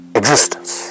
existence